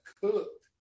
cooked